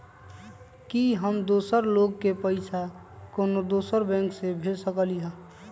कि हम दोसर लोग के पइसा कोनो दोसर बैंक से भेज सकली ह?